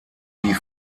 die